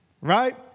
Right